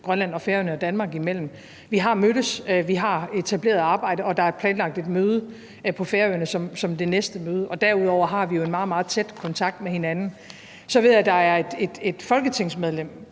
Grønland og Færøerne og Danmark imellem. Vi har mødtes. Vi har etableret et arbejde, og der er planlagt et møde på Færøerne som det næste møde. Derudover har vi jo en meget, meget tæt kontakt med hinanden. Så ved jeg, at der er et folketingsmedlem,